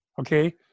Okay